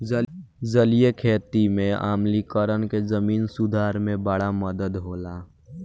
जलीय खेती में आम्लीकरण के जमीन सुधार में बड़ा मदद होला